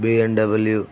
BMW